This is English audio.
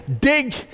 dig